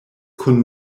kun